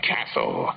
Castle